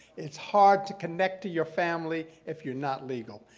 it's hard to connect to your family if you're not legal.